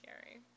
scary